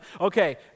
Okay